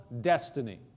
destiny